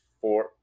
four